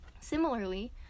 Similarly